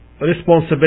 responsibility